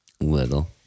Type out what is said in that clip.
little